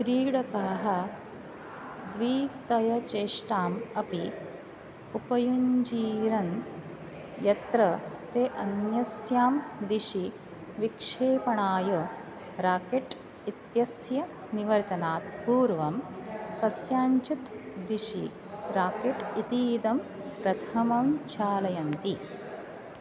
क्रीडकाः द्वितयचेष्टाम् अपि उपयुञ्जीरन् यत्र ते अन्यस्यां दिशि विक्षेपणाय राकेट् इत्यस्य निवर्तनात् पूर्वं कस्याञ्चित् दिशि राकेट् इतीदं प्रथमं चालयन्ति